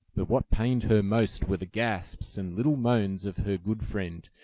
but what pained her most were the gasps and little moans of her good friend,